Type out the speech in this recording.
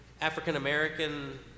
African-American